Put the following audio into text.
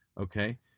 okay